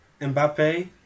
mbappe